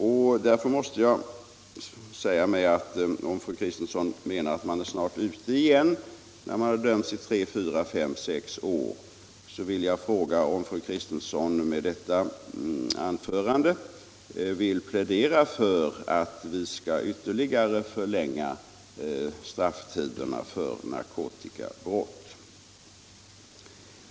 Om fru Kristensson menar att man snart är ute igen när man döms till tre, fyra, fem, sex års fängelse, måste jag fråga om fru Kristensson med detta anförande vill plädera för att vi skall ytterligare förlänga strafftiderna för narkotikabrott.